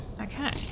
Okay